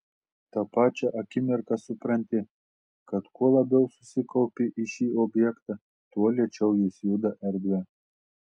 tą pačią akimirką supranti kad kuo labiau susikaupi į šį objektą tuo lėčiau jis juda erdve